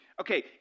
Okay